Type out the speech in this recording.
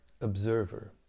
observer